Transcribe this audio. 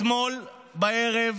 אתמול בערב